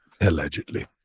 Allegedly